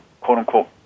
quote-unquote